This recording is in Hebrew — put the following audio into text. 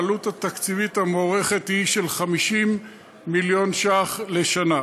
העלות התקציבית המוערכת היא של 50 מיליון ש"ח בשנה.